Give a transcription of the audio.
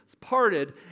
parted